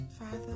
Father